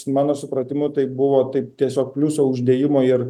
mano supratimu tai buvo taip tiesiog pliuso uždėjimo ir